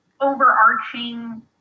overarching